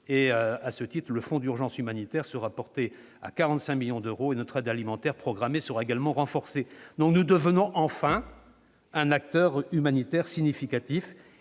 À ce titre, le Fonds d'urgence humanitaire sera porté à 45 millions d'euros et notre aide alimentaire programmée sera également renforcée. Nous devenons enfin un acteur humanitaire significatif